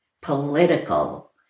political